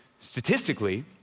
Statistically